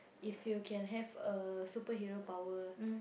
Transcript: if you can have a superhero power